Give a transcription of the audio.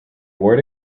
were